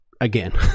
again